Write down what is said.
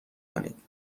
کنید